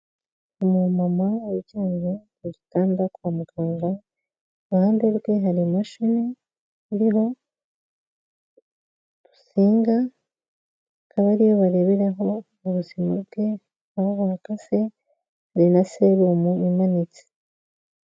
Umumama uryamye ku gitanda kwa muganga, iruhande bwe hari imashini ariho udusinga akaba ariyo bareberaho ubuzima bwe aho buhagaze, hari na serumu imanitse.